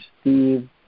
Steve